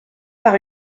par